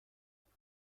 قرار